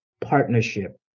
partnership